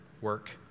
work